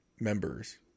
members